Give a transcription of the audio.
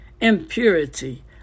impurity